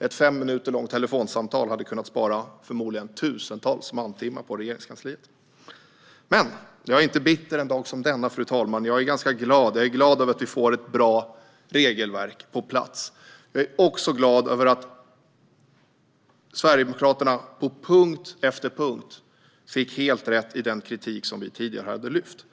Ett fem minuter långt telefonsamtal hade kunnat spara förmodligen tusentals mantimmar på Regeringskansliet. Men jag är inte bitter en dag som denna, fru talman, utan ganska glad. Jag är glad över att vi får ett bra regelverk på plats. Jag är också glad över att Sverigedemokraterna på punkt efter punkt fått helt rätt i den kritik vi tidigare har lyft fram.